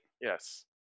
Yes